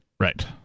right